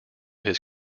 his